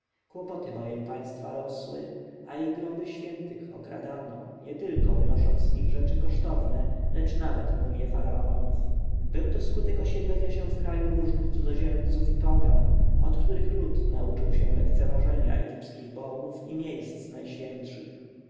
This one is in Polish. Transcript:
kłopoty bowiem państwa rosły a i groby święte okradano nietylko wynosząc z nich rzeczy kosztowne lecz nawet mumje faraonów był to skutek osiedlenia się w kraju różnych cudzoziemców i pogan od których lud nauczył się lekceważenia egipskich bogów i miejsc najświętszych